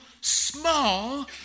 small